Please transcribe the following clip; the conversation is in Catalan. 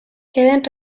queden